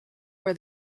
were